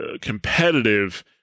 competitive